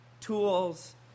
tools